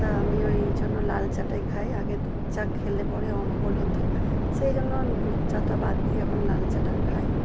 তা আমি ওই জন্য লাল চাটাই খাই আগে দুধ চা খেলে পরে অম্বল হতো সেই জন্য আমি দুধ চাটা বাদ দিয়ে এখন লাল চাটা খাই